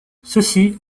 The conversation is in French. ceci